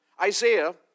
Isaiah